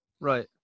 Right